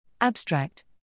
Abstract